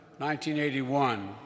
1981